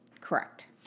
Correct